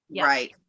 Right